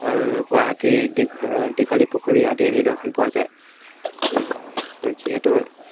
আৰু গুৱাহাটীৰ দীঘ দীঘলী পুখুৰী আদিৰ নিদৰ্শন পোৱা যায় যিহেতু